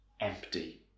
empty